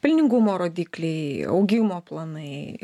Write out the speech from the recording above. pelningumo rodikliai augimo planai